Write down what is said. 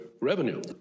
revenue